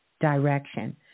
direction